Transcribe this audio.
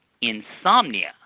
insomnia